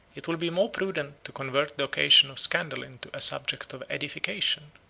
it will be more prudent to convert the occasion of scandal into a subject of edification.